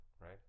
right